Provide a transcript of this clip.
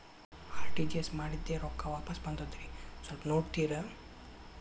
RTGS ಮಾಡಿದ್ದೆ ರೊಕ್ಕ ವಾಪಸ್ ಬಂದದ್ರಿ ಸ್ವಲ್ಪ ನೋಡ್ತೇರ?